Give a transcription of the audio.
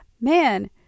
Man